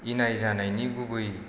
इनाय जानायनि गुबै